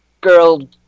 girl